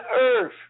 earth